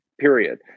period